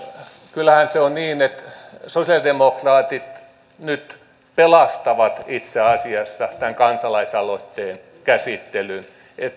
kyllähän se on niin että sosiaalidemokraatit nyt pelastavat itse asiassa tämän kansalaisaloitteen käsittelyn